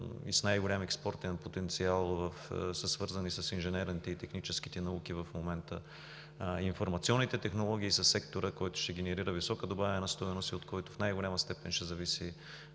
и с най-голям експортен потенциал са свързани с инженерните и техническите науки в момента. Информационните технологии са секторът, който ще генерира висока добавена стойност, от който в най-голяма степен ще зависят